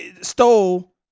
stole